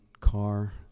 car